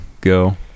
go